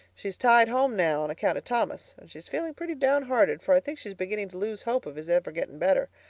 she's tied home now on account of thomas and she's feeling pretty downhearted, for i think she's beginning to lose hope of his ever getting better.